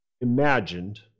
imagined